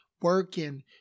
working